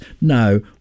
no